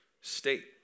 state